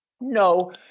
No